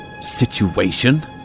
situation